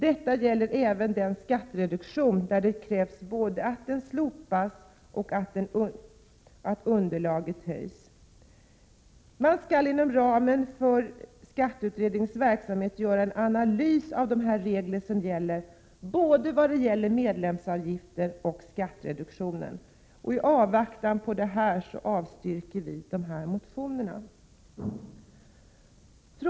Detta gäller även den skattereduktion där det krävs både att den slopas och att underlaget höjs. Man skall inom ramen för skatteutredningens verksamhet göra en analys av de regler som gäller för medlemsavgifterna och skattereduktionen. I avvaktan på besked bör man enligt utskottets mening avstyrka samtliga berörda motioner.